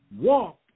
Walk